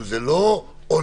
זה לא עונש.